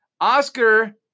Oscar